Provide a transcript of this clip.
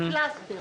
הפלסטר,